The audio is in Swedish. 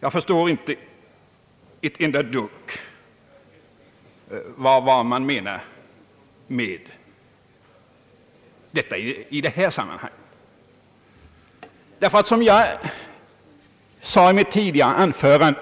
Jag förstår inte alls vad man menar med det i detta sammanhang, ty som jag sade i mitt tidigare anförande